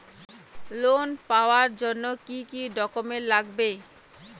Loan পাওয়ার জন্যে কি কি ডকুমেন্ট লাগবে?